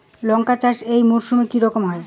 লঙ্কা চাষ এই মরসুমে কি রকম হয়?